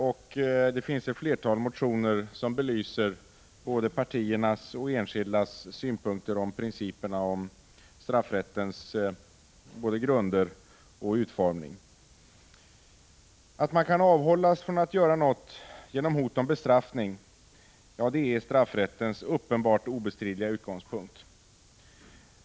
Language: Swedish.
Det har väckts en mängd motioner som belyser både partiernas och enskilda ledamöters synpunkter på principerna om straffrättens grunder och utformning. Att man kan avhållas från att göra något genom hot om bestraffning är straffrättens uppenbart obestridliga utgångspunkt.